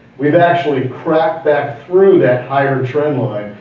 we've actually cracked that through that higher trendline.